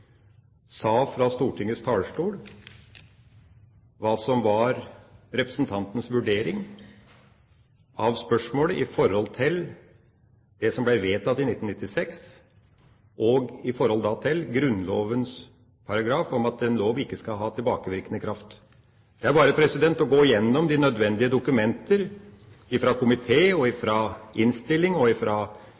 sa fra Stortingets talerstol hva som var representantens vurdering av spørsmål knyttet til det som ble vedtatt i 1996, og knyttet til Grunnlovens paragraf om at en lov ikke skal ha tilbakevirkende kraft. Det er bare å gå igjennom de nødvendige dokumenter fra komité, innstilling og